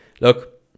look